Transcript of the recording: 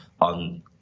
on